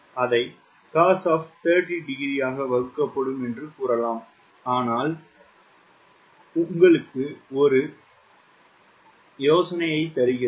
அதை cos of 30˚ வகுக்கப்படும் என்று கூறலாம் ஆனால் இது உங்களுக்கு ஒரு யோசனையைத் தருகிறது